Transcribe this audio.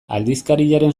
aldizkariaren